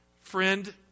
Friend